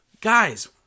Guys